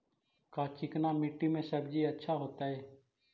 का चिकना मट्टी में सब्जी अच्छा होतै?